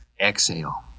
exhale